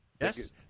Yes